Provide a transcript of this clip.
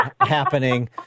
happening